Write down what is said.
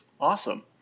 Awesome